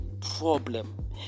problem